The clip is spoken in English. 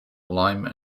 lime